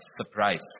surprise